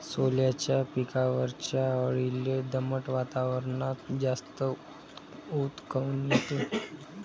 सोल्याच्या पिकावरच्या अळीले दमट वातावरनात जास्त ऊत काऊन येते?